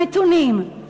מתונים,